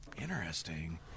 interesting